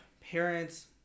parents